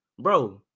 bro